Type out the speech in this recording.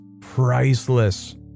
Priceless